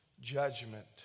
judgment